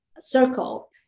Circle